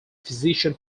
physician